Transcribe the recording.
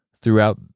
throughout